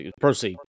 Proceed